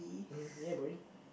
um hmm ya boy